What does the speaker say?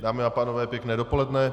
Dámy a pánové, pěkné dopoledne.